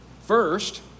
first